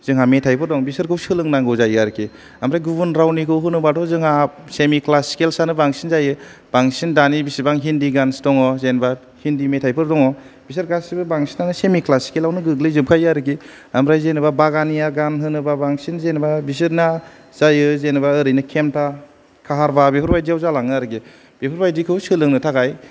जोंहा मेथाइफोर दं बिसोरखौ सोलोंनांगौ जायो आरोखि आमफ्राय गुबुन रावनिखौ होनोबाथ' जोंहा सेमि क्लासिकेलसयानो बांसिन जायो बांसिन दानि बिसिबां हिन्दी गानस दङ जेनबा हिन्दी मेथाइफोर दङ बिसोर गासिबो बांसिनानो सेमि ख्लासिकेलयावनो गोग्लै जोबखायो आरिखि आमफ्राय जेनावबा बागानिया गान होनोबा बांसिन जेनावबा बिसोरना जायो जेनावबा ओरैनो केम्था काहार्भा बेफोरबायदियाव जालांयो आरोखि बेफोर बायदिखौ सोलोंनो थाखाय